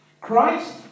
Christ